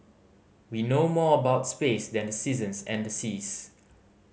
we know more about space than the seasons and the seas